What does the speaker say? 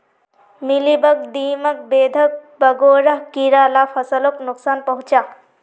mealybug, दीमक, बेधक वगैरह कीड़ा ला फस्लोक नुक्सान पहुंचाः